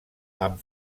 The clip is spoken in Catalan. amb